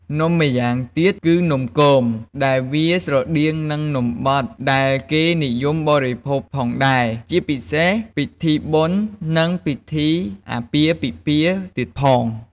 នំម្យ៉ាងទៀត គឺនំគម ដែលវាស្រដៀងនឹងនំបត់ ដែលគេនិយមបរិភោគផងដែរ ជាពិសេសពិធីបុណ្យ និងពីធីអាពាហ៍ពិពាហ៍ទៀតផង។